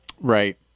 right